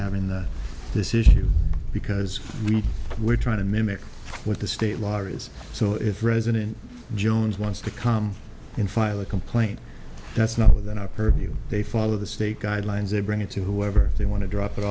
having this issue because we're trying to mimic what the state law is so if resident jones wants to come in file a complaint that's not what the purview they follow the state guidelines they bring it to whoever they want to drop it